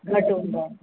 घटि हूंदो आहे